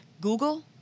Google